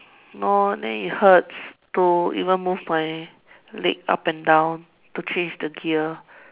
no then it hurts to even move my leg up and down to change the gear